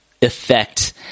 effect